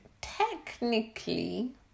Technically